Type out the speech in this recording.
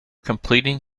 completing